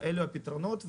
אלה הפתרונות,